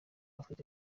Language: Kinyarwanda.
africa